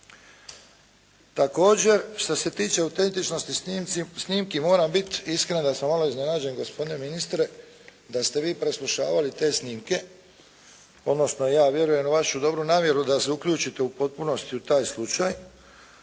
Također, što se tiče autentičnosti snimki moram biti iskren da sam malo iznenađen gospodine ministre da ste vi preslušavali te snimke, odnosno ja vjerujem u vašu dobru namjeru da se uključite u potpunosti u taj slučaj